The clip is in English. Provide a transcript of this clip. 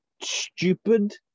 stupid